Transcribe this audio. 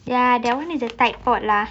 ya that one is a type pod lah